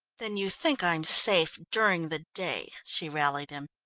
then you think i'm safe during the day? she rallied him.